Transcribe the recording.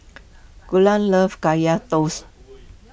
Galen loves Kaya Toast